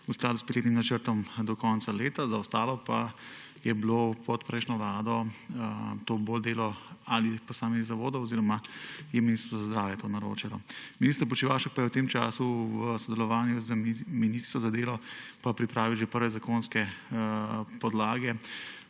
v skladu s petletnim načrtom do konca leta, za ostalo pa je bilo pod prejšnjo vlado to bolj delo ali posameznih zavodov ali je Ministrstvo za zdravje to naročalo. Minister Počivalšek pa je v tem času v sodelovanju z ministrstvom za delo pripravil že prve zakonske podlage